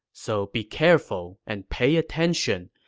so be careful and pay attention,